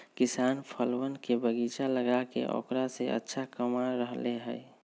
किसान फलवन के बगीचा लगाके औकरा से अच्छा कमा रहले है